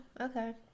Okay